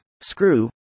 screw